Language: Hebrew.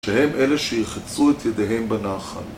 שהם אלה שירחצו את ידיהם בנחל